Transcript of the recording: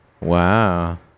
Wow